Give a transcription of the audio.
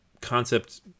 concept